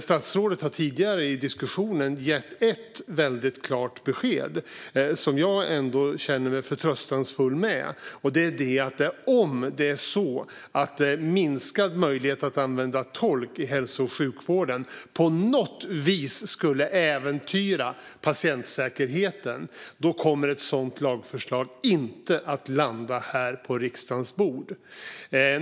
Statsrådet har tidigare i diskussionen gett ett väldigt klart besked som jag ändå känner mig förtröstansfull med, nämligen att om minskad möjlighet att använda tolk i hälso och sjukvården på något vis skulle äventyra patientsäkerheten kommer ett sådant lagförslag inte att landa på riksdagens bord.